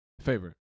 Favorite